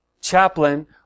chaplain